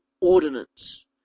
ordinance